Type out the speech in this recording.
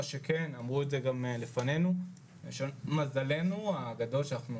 מה שכן, ואמרו את זה לפנינו, מזלנו שאנחנו